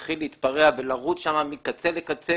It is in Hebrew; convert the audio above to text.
הוא התחיל להתפרע ולרוץ שם מקצה לקצה